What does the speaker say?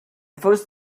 first